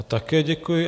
Také děkuji.